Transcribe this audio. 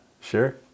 sure